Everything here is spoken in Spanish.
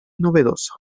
novedoso